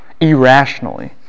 irrationally